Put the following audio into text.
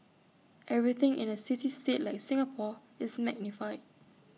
everything in A city state like Singapore is magnified